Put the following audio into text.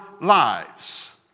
lives